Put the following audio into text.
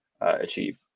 achieve